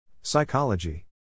Psychology